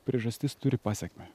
priežastis turi pasekmę